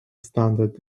standard